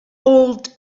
old